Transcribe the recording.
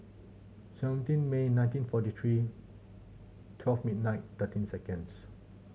seventeen May nineteen forty three twelve midnight thirteen seconds